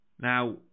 Now